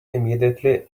immediately